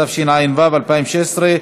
התשע"ו 2016,